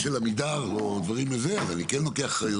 פה אני כן לוקח אחריות,